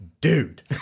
dude